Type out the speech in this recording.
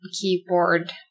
keyboard